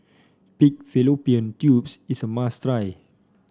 Pig Fallopian Tubes is a must try